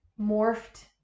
morphed